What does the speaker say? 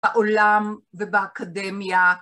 בעולם ובאקדמיה.